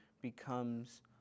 becomes